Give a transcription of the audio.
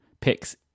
picks